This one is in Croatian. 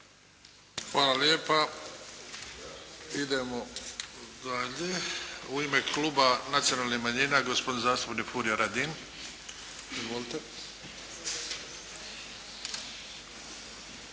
Hvala lijepa. Idemo dalje. U ime Kluba nacionalnih manjina gospodin zastupnik Furio Radin. Izvolite.